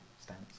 stance